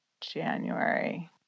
January